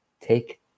take